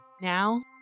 now